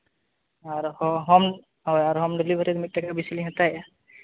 ᱟᱨᱦᱚᱸ ᱦᱳᱢ ᱟᱨ ᱦᱳᱭ ᱦᱳᱢ ᱰᱮᱞᱤᱵᱷᱟᱨᱤ ᱫᱚ ᱢᱤᱫ ᱴᱟᱠᱟ ᱵᱮᱥᱤ ᱞᱤᱧ ᱦᱟᱛᱟᱣᱮᱫᱼᱟ